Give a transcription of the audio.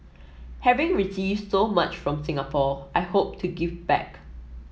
having received so much from Singapore I hope to give back